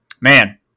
man